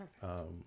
Perfect